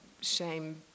shame